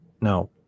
no